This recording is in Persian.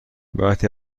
وقتی